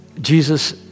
Jesus